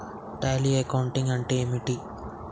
Tally accounting అంటే ఏమిటి?